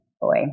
boy